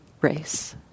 race